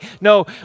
No